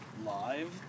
live